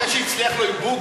אחרי שהצליח לו עם בוגי,